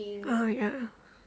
oh ya